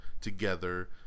together